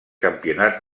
campionats